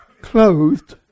clothed